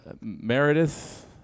Meredith